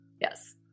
Yes